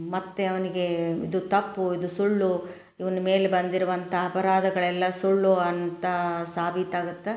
ಮತ್ತು ಅವ್ನಿಗೆ ಇದು ತಪ್ಪು ಇದು ಸುಳ್ಳು ಇವ್ನ ಮೇಲೆ ಬಂದಿರುವಂಥ ಅಪರಾಧಗಳೆಲ್ಲ ಸುಳ್ಳು ಅಂತ ಸಾಬೀತಾಗುತ್ತೆ